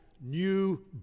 new